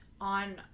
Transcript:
on